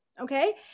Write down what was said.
okay